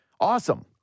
Awesome